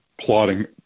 plotting